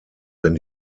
wenn